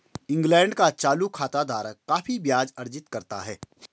England का चालू खाता धारक काफी ब्याज अर्जित करता है